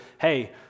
hey